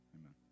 Amen